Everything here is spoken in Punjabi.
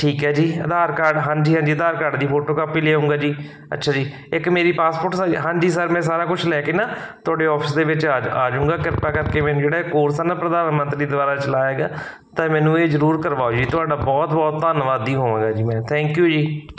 ਠੀਕ ਹੈ ਜੀ ਆਧਾਰ ਕਾਰਡ ਹਾਂਜੀ ਹਾਂਜੀ ਆਧਾਰ ਕਾਰਡ ਦੀ ਫੋਟੋਕਾਪੀ ਲੈ ਆਉਗਾ ਜੀ ਅੱਛਾ ਜੀ ਇੱਕ ਮੇਰੀ ਪਾਸਪੋਰਟ ਹਾਂਜੀ ਸਰ ਮੈਂ ਸਾਰਾ ਕੁਛ ਲੈ ਕੇ ਨਾ ਤੁਹਾਡੇ ਔਫਿਸ ਦੇ ਵਿੱਚ ਆ ਆ ਜੂੰਗਾ ਕਿਰਪਾ ਕਰਕੇ ਮੈਨੂੰ ਜਿਹੜਾ ਇਹ ਕੋਰਸ ਹੈ ਨਾ ਪ੍ਰਧਾਨ ਮੰਤਰੀ ਦੁਆਰਾ ਚਲਾਇਆ ਗਿਆ ਤਾਂ ਮੈਨੂੰ ਇਹ ਜ਼ਰੂਰ ਕਰਵਾਓ ਜੀ ਤੁਹਾਡਾ ਬਹੁਤ ਬਹੁਤ ਧੰਨਵਾਦੀ ਹੋਵਾਂਗਾ ਜੀ ਮੈਂ ਥੈਂਕ ਯੂ ਜੀ